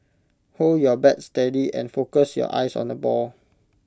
hold your bat steady and focus your eyes on the ball